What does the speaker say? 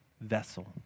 vessel